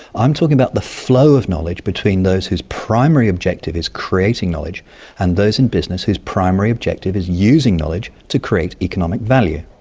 i'm talking about the flow of knowledge between those whose primary objective is creating knowledge and those in business whose primary objective is using knowledge to create economic value.